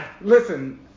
listen